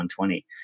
120